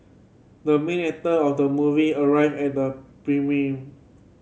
the main actor of the movie arrived at the premiere